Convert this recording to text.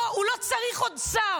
לא, הוא לא צריך עוד שר.